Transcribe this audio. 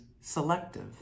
selective